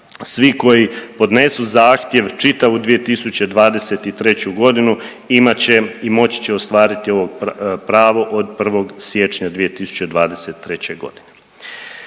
svi koji podnesu zahtjev čitavu 2023. godinu imat će i moći će ostvariti ovo pravo od 1. siječnja 2023. godine.